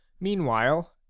Meanwhile